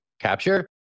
capture